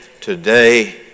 today